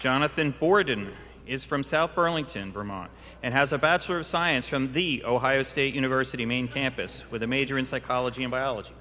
jonathon borden is from south burlington vermont and has a bachelor of science from the ohio state university main campus with a major in psychology in biology